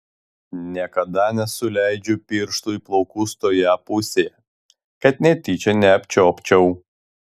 niekada nesuleidžiu pirštų į plaukus toje pusėje kad netyčia neapčiuopčiau